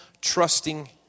trusting